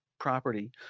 property